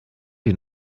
die